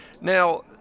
Now